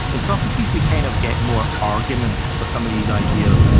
in socrates, we kind of get more arguments for some of these ideas,